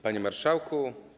Panie Marszałku!